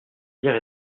lire